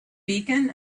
beacon